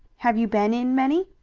have you been in many?